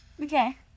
okay